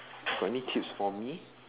got any tips for me